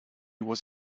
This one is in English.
was